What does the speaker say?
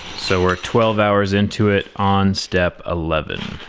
so we're twelve hours into it on step eleven.